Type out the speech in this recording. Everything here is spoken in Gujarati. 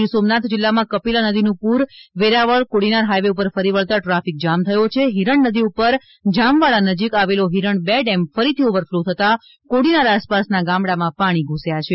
ગીર સોમનાથ જિલ્લામાં કપિલા નદીનું પૂર વેરાવળ કોડીનાર હાઈવે ઉપર ફરી વળતા ટ્રાફિક જામ થયો છે ફીરણ નદી ઉપર જામવાળા નજીક આવેલો હિરણ બે ડેમ ફરીથી ઓવર ફ્લો થતા કોડીનાર આસપાસના ગામડામાં પાણી ધુસ્યાં છે